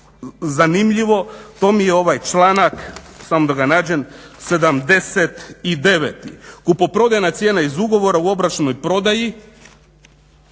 zanimljivo to mi je ovaj članak, samo da ga nađem, 79. – kupoprodajna cijena iz ugovora u obračunskoj prodaji